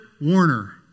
Warner